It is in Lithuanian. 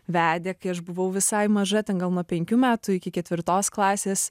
vedė kai aš buvau visai maža ten gal nuo penkių metų iki ketvirtos klasės